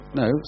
no